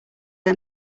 was